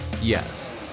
Yes